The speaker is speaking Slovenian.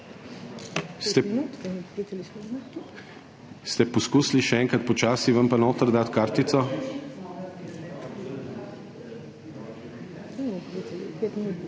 Ste poskusili še enkrat počasi ven pa noter dati kartico?